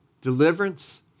Deliverance